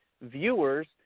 viewers